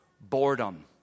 Boredom